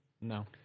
No